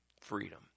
freedom